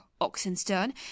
Oxenstern